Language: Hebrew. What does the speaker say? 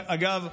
אגב,